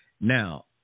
Now